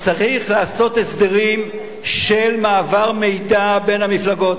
צריך לעשות הסדרים של מעבר מידע בין המפלגות.